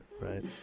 right